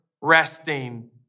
resting